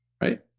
Right